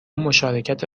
مشارکت